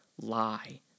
lie